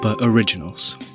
originals